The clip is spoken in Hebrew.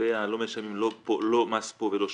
לגבי שלא משלמים מס לא פה ולא שם,